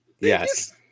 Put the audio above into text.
Yes